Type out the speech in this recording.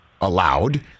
allowed